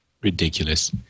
Ridiculous